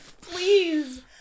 Please